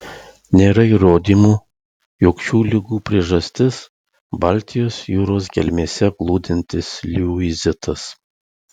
nėra įrodymų jog šių ligų priežastis baltijos jūros gelmėse glūdintis liuizitas